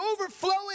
overflowing